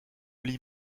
lit